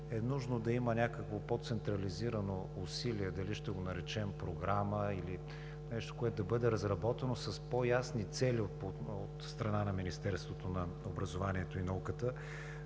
е нужно да има някакво по-централизирано усилие – дали ще го наречем програма, или нещо, което да бъде разработено с по-ясни цели от страна на Министерството на образованието и науката,